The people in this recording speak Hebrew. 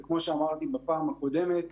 וכמו שאמרתי בפעם הקודמת,